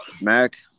Mac